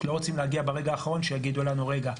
אנחנו לא רוצים להגיע ברגע האחרון שיגידו לנו רגע,